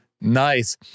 nice